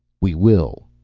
we will!